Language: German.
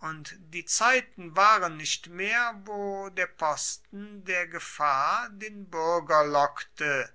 und die zeiten waren nicht mehr wo der posten der gefahr den bürger lockte